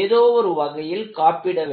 ஏதோவொரு வகையில் காப்பிட வேண்டும்